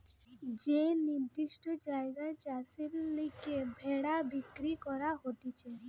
যে নির্দিষ্ট জায়গায় চাষের লিগে ভেড়া বিক্রি করা হতিছে